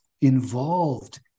involved